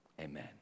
Amen